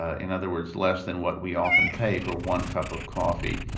ah in other words, less than what we often pay for one cup of coffee.